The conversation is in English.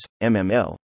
MML